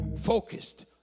focused